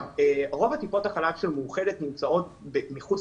רוב טיפות החלב של מאוחדת נמצאות מחוץ